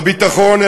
בביטחון,